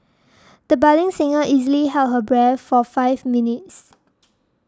the budding singer easily held her breath for five minutes